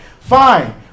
Fine